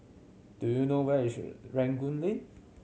do you know where is Rangoon Lane